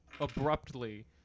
abruptly